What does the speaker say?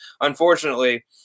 Unfortunately